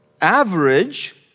average